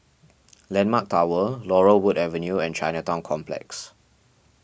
Landmark Tower Laurel Wood Avenue and Chinatown Complex